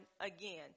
again